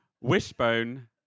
Wishbone